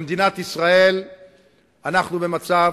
במדינת ישראל אנחנו במצב